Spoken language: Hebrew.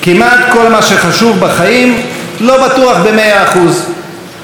כמעט כל מה שחשוב בחיים לא בטוח במאה אחוז,